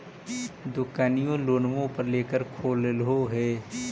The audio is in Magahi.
दोकनिओ लोनवे पर लेकर खोललहो हे?